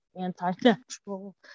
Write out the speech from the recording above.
anti-natural